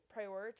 prioritize